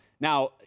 Now